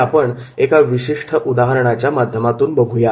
हे आपण एका विशिष्ट उदाहरणाच्या माध्यमातून बघूया